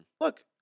Look